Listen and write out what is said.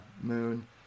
Moon